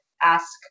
ask